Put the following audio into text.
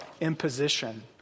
imposition